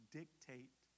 dictate